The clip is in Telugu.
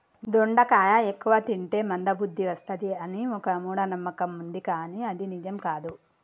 దొండకాయ ఎక్కువ తింటే మంద బుద్ది వస్తది అని ఒక మూఢ నమ్మకం వుంది కానీ అది నిజం కాదు